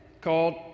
called